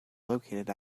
located